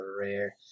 Rare